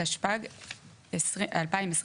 התשפ"ג 2023